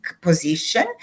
position